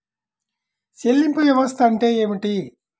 చెల్లింపు వ్యవస్థ అంటే ఏమిటి?